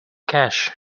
cash